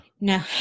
No